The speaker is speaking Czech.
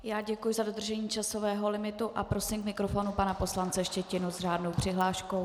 Já děkuji za dodržení časového limitu a prosím k mikrofonu pana poslance Štětinu s řádnou přihláškou.